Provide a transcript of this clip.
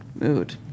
Mood